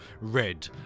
red